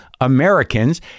Americans